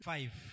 Five